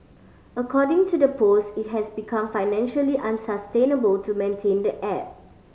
according to the post it has become financially unsustainable to maintain the app